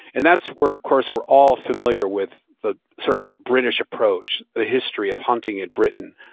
and that's where of course we're all familiar with the sort of british approach, the history of hunting it britain.